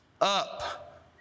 up